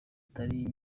atari